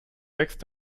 wächst